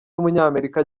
w’umunyamerika